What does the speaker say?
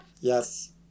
Yes